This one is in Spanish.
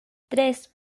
tres